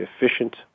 efficient